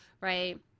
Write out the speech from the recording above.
right